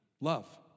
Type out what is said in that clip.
love